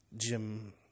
Jim